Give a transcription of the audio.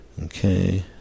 Okay